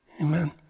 Amen